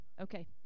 Okay